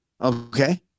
okay